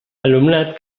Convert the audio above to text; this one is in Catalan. alumnat